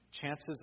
chances